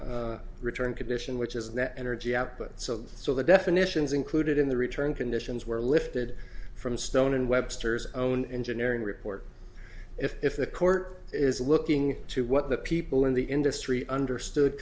second return condition which is that energy output so the so the definitions included in the return conditions were lifted from stone and webster's own engineering report if the court is looking to what the people in the industry understood